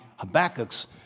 Habakkuk's